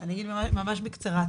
אני אגיד ממש בקצרה,